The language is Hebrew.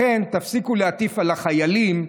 לכן תפסיקו להטיף על החיילים.